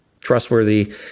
trustworthy